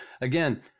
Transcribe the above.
again